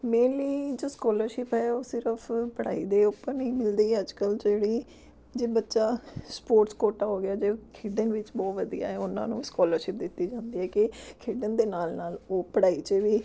mainly ਜੋ scholarship ਹੈ ਉਹ ਸਿਰਫ ਪੜ੍ਹਾਈ ਦੇ ਉੱਪਰ ਨਹੀਂ ਮਿਲਦੀ ਅੱਜ ਕੱਲ੍ਹ ਜਿਹੜੀ ਜੇ ਬੱਚਾ ਸਪੋਰਟਸ ਕੋਟਾ ਹੋ ਗਿਆ ਜੇ ਖੇਡਣ ਵਿੱਚ ਬਹੁਤ ਵਧੀਆ ਉਹਨਾਂ ਨੂੰ ਸਕਾਲਰਸ਼ਿਪ ਦਿੱਤੀ ਜਾਂਦੀ ਹੈ ਕਿ ਖੇਡਣ ਦੇ ਨਾਲ ਨਾਲ ਉਹ ਪੜ੍ਹਾਈ 'ਚ ਵੀ